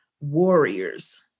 warriors